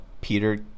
Peter